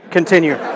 Continue